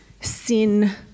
sin